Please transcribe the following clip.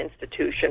institution